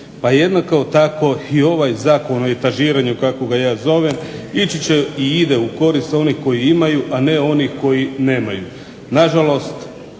Pa jednako tako i ovaj Zakon o etažiranju kako ga ja zovem ići će i ide u korist onih koji imaju, a ne onih koji nemaju.